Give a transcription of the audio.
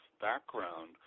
background